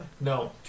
No